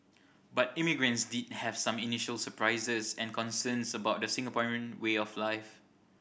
but immigrants did have some initial surprises and concerns about the Singaporean way of life